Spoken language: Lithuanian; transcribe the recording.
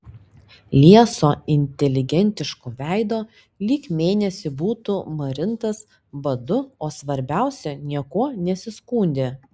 lieso inteligentiško veido lyg mėnesį būtų marintas badu o svarbiausia niekuo nesiskundė